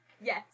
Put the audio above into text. Yes